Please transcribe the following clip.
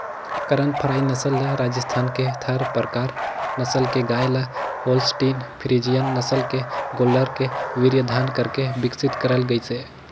करन फ्राई नसल ल राजस्थान के थारपारकर नसल के गाय ल होल्सटीन फ्रीजियन नसल के गोल्लर के वीर्यधान करके बिकसित करल गईसे